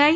આઈ